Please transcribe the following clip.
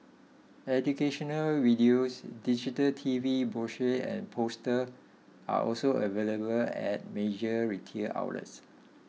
educational videos digital T V brochure and poster are also available at major retail outlets